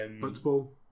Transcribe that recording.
Football